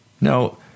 Now